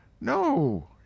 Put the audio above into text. No